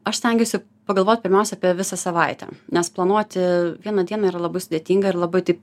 aš stengiuosi pagalvot pirmiausia apie visą savaitę nes planuoti vieną dieną yra labai sudėtinga ir labai taip